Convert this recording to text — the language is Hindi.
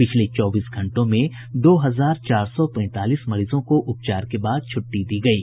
पिछले चौबीस घंटों में दो हजार चार सौ पैंतालीस मरीजों को उपचार के छुट्टी दी गयी